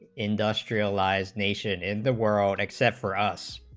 industrialized nation in the world except for us